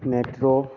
metro